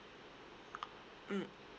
mm